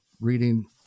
reading